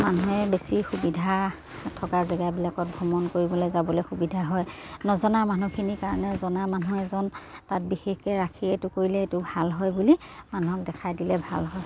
মানুহে বেছি সুবিধা থকা জেগাবিলাকত ভ্ৰমণ কৰিবলৈ যাবলৈ সুবিধা হয় নজনা মানুহখিনিৰ কাৰণে জনা মানুহ এজন তাত বিশেষকৈ ৰাখি এইটো কৰিলে এইটো ভাল হয় বুলি মানুহক দেখাই দিলে ভাল হয়